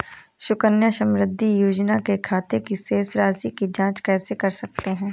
सुकन्या समृद्धि योजना के खाते की शेष राशि की जाँच कैसे कर सकते हैं?